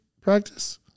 practice